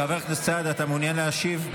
חבר הכנסת סעדה, אתה מעוניין להשיב?